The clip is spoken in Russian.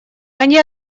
они